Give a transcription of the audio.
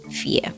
Fear